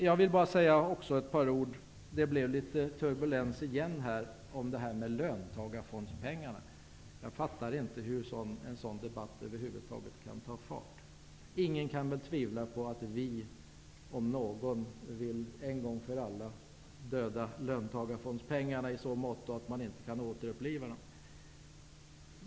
Jag vill också säga ett par ord om det faktum att det blev turbulens kring löntagarfondspengarna. Jag fattar inte hur en sådan debatt över huvud taget kan ta fart. Ingen kan väl tvivla på att vi nydemokrater om någon en gång för alla vill ta död på löntagarfondspengarna, i så måtto att man inte kan återuppliva löntagarfonderna.